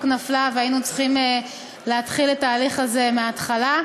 נפלה והיינו צריכים להתחיל את ההליך הזה מההתחלה.